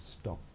stop